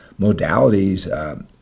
modalities